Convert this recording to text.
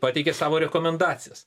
pateikė savo rekomendacijas